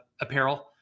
apparel